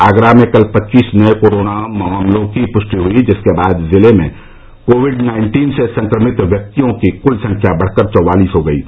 आगरा में कल पच्चीस नए कोरोना मामलों की पुष्टि हुई जिसके बाद जिले में कोविड नाइन्टीन से संक्रमित व्यक्तियों की कुल संख्या बढ़कर चौवालीस हो गई है